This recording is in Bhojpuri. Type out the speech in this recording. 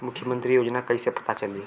मुख्यमंत्री योजना कइसे पता चली?